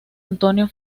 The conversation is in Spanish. antonio